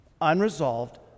unresolved